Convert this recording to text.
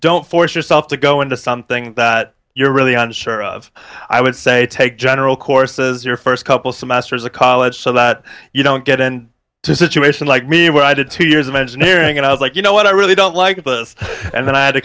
don't force yourself to go into something that you're really on sure of i would say take general courses your first couple semesters of college so that you don't get in to situation like me where i did two years of engineering and i was like you know what i really don't like it and i had to